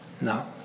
No